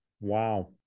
Wow